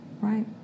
Right